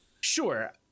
Sure